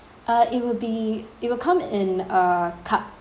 uh it will be it will come in a cup